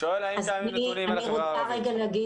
הוא שואל האם קיימים נתונים לגבי האוכלוסייה הערבית.